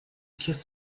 kiss